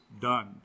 done